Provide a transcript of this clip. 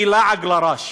שהיא לעג לרש.